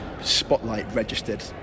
spotlight-registered